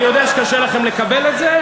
אני יודע שקשה לכם לקבל את זה,